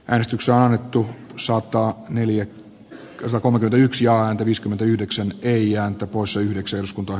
äänestyksen alettu soittaa neljä casa kohden yksi on viiskymmentä yhdeksän eija tapossa yhdeksi uskontoa